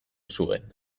zuen